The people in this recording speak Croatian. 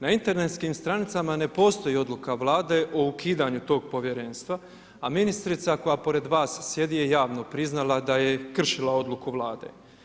Na internetskim stranicama ne postoji odluka Vlade o ukidanju tog Povjerenstva, a ministrica koja pored vas sjedi je javno priznala da je kršila odluku Vlade.